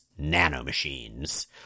nanomachines